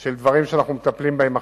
של הדברים שאנחנו מטפלים בהם עכשיו,